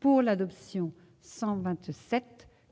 pour l'adoption 126 7